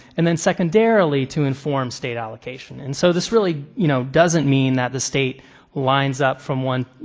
and then secondarily, to inform state allocation. and so this really, you know, doesn't mean that the state lines up from one you